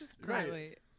Right